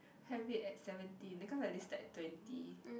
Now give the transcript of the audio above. have it at seventeen cause I listed at twenty